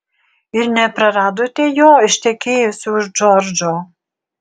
ir nepraradote jo ištekėjusi už džordžo